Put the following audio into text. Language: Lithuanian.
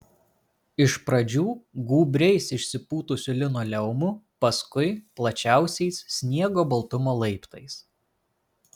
iš pradžių gūbriais išsipūtusiu linoleumu paskui plačiausiais sniego baltumo laiptais